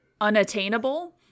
unattainable